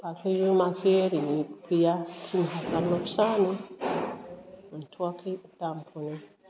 दाख्लैबो मासे ओरैनो गैया थिन हाजारल' फिसानो मोनथ'वाखै दामखौनो